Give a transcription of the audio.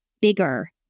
bigger